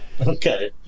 Okay